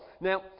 Now